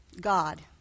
God